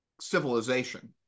civilization